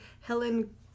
Helen